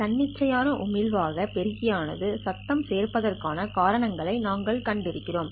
தன்னிச்சையான உமிழ்வு ஆக பெருக்கி ஆனது சத்தம் சேர்ப்பதற்கான காரணங்களை நாங்கள் கண்டு இருக்கிறோம்